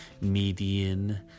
median